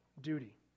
duty